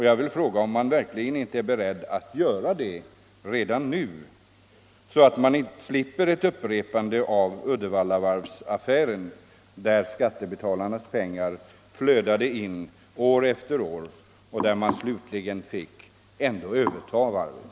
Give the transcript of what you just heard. Jag vill fråga om man verkligen inte är beredd att göra det redan nu, så att vi slipper ett upprepande av Uddevallavarvsaffären, där skattebetalarnas pengar flödade in i företaget år efter år och där staten slutligen ändå fick överta varvet.